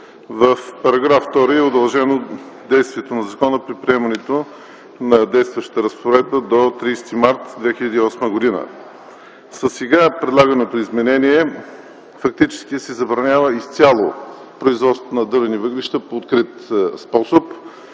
В § 2 е удължено действието на закона, при приемането на действащата разпоредба, до 30 март 2008 г. Със сега предлаганото изменение фактически се забранява изцяло производството на дървени въглища по открит способ.